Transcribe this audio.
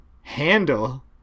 handle